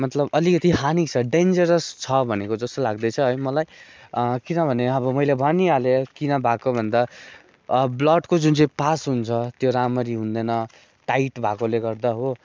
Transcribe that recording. मतलब अलिकति हानी छ डेन्जरस छ भनेको जस्तो लाग्दैछ है मलाई किनभने अब मैले भनिहालेँ किन भएको भन्दा अब ब्लडको जुन चाहिँ पास हुन्छ त्यो राम्ररी हुँदैन टाइट भएकोले गर्दा हो